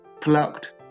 plucked